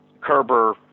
Kerber